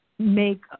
Make